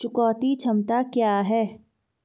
चुकौती क्षमता क्या है?